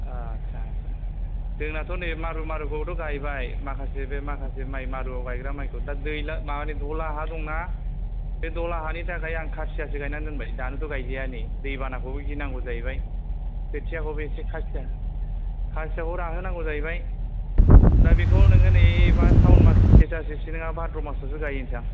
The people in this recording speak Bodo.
आटसा आटसा जोंनाथ' नै मारु मारुखौथ' गायबाय माखासे बे माखासे माइ मारुयाव गायग्रा माइखौ दा दैज्लां माबानि दहला हा दंना बे दहला हानि थाखाय आं खासियासो गायना दोनबाय दानोथ' गायजाया नै दै बानाखौबो गिनांगौ जाहैबाय खोथियाखौबो एसे खासिया खासियाखौ राहो नांगौ जाहैबाय दा बेखौ नोङो नेयोबा सावन मास नङाबा भाद्र मासआवसो गायहैनोसै आं